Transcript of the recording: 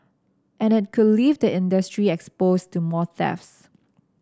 and it could leave the industry exposed to more thefts